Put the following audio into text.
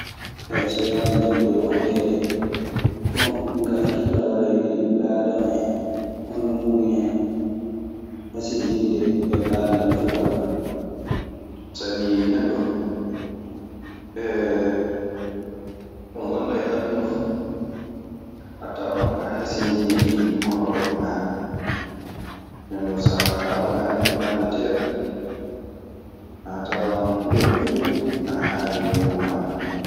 Haya, so wiyaama jaɓude wondeede, bon dun ka hakkilam wara e wiide ɓiɓɓe aadama en hono muuɗun en hasinginde e baldal fu wala. Sabii neɗɗo, ɗo ngonɗaa e aduna fu, a twan aɗa hasindinii e yimɓe honorooɓe maaɗa. Ndennon saa a wanaa neɗɗo baaldeteeɗo, a tawan huunde fuu ana haannii nokku maaɗa.